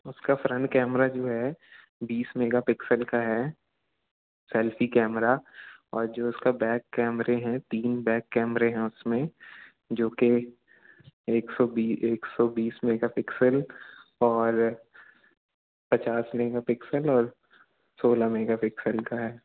उसका front camera जो है बीस मेगा पिक्सल का है सेल्फी कैमरा और जो उसका बैक कैमरे हैं तीन बैक कैमरे हैंउसमें जो कि एक सौ बीस एक सौ बीस मेगा पिक्सल और पचास मेगा पिक्सल और सोलह मेगा पिक्सल का है